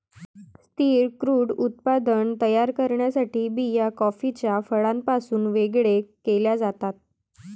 स्थिर क्रूड उत्पादन तयार करण्यासाठी बिया कॉफीच्या फळापासून वेगळे केल्या जातात